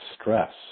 stress